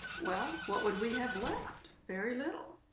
well, what would we have left? very little.